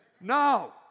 No